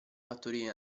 fattorie